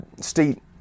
state